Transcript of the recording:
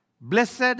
Blessed